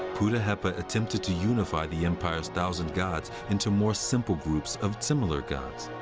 puddaheppa attempted to unify the empire's thousand gods into more simple groups of similar gods.